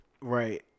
Right